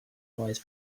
noise